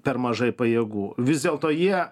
per mažai pajėgų vis dėlto jie